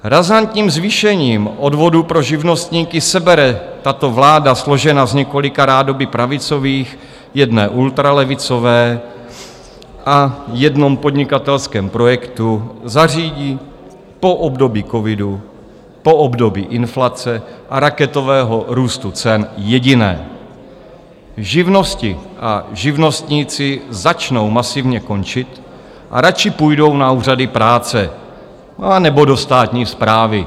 Razantním zvýšením odvodů pro živnostníky sebere tato vláda složená z několika rádoby pravicových, jedné ultralevicové a jednoho podnikatelského projektu, zařídí po období covidu, po období inflace a raketového růstu cen jediné: živnosti a živnostníci začnou masivně končit a radši půjdou na úřady práce anebo do státní správy.